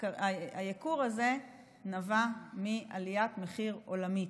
הייקור הזה נבע מעליית מחיר עולמית.